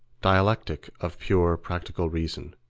dialectic of pure practical reason.